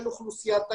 של אוכלוסיית היעד,